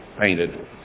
painted